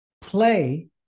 play